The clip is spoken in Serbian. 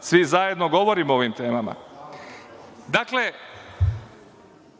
svi zajedno govorimo o ovim temama. Dakle,